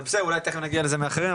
אבל בסדר, אולי אחרי זה נגיע לזה מאחרים.